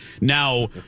Now